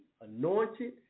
Anointed